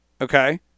Okay